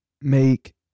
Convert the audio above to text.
make